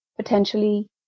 potentially